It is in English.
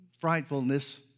frightfulness